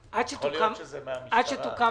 אז תוקם ועדת חקירה,